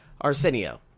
Arsenio